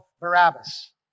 Barabbas